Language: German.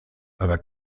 aber